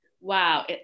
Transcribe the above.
wow